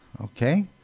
okay